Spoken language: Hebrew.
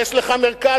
יש לך מרכז,